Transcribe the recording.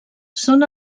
són